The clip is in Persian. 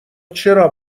چرا